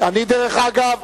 דרך אגב,